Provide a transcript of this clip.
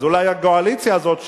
אז אולי הגועליצה הזאת,